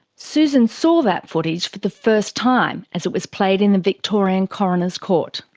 susan saw that footage for the first time as it was played in the victorian coroner's court.